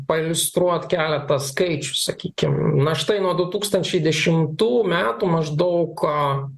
pailiustruot keletą skaičių sakykim na štai nuo du tūkstančiai dešimtų metų maždaug